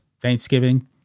Thanksgiving